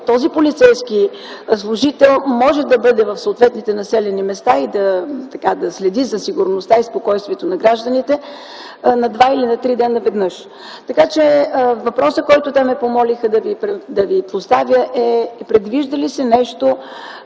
този полицейски служител може да бъде в съответните населени места и да следи за сигурността и спокойствието на гражданите на два или три дена веднъж. Така че въпросът, който те ме помолиха да Ви поставя, е: предвижда ли се нещо